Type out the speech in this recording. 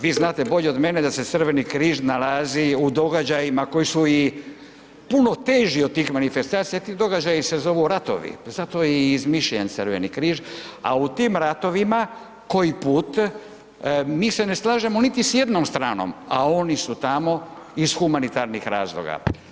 Vi znate bolje od mene da se Crveni križ nalazi u događajima koji su i puno teži od tih manifestacija, ti događaji se zovu ratovi, zato je i izmišljen Crveni križ, a u tim ratovima koji put mi se ne slažemo niti s jednom stranom, a oni su tamo iz humanitarnih razloga.